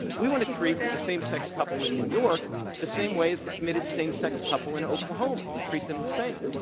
we want to treat the same-sex couple in new york the same way as the committed same-sex couple in oklahoma and treat them the same.